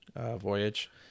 voyage